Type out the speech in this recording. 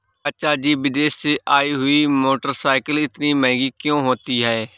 चाचा जी विदेश से आई हुई मोटरसाइकिल इतनी महंगी क्यों होती है?